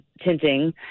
tinting